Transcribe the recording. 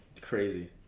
crazy